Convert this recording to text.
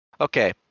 okay